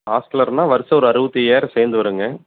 ஹாஸ்ட்லர்ன்னா வர்ஷம் ஒரு அறுபத்தி ஐயாயிரம் சேர்ந்து வரும்ங்க